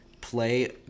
play